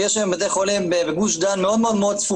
ויש היום בתי חולים בגוש דן מאוד צפופים,